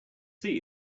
see